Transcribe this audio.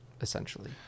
essentially